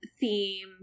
theme